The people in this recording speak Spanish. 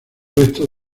restos